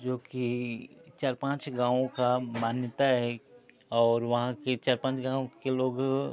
जो कि चार पाँच गाँव का मान्यता है और वहाँ की चार पाँच गाँव के लोग